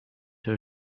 her